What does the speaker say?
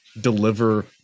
deliver